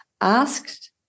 asked